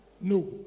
No